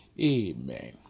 Amen